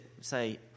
say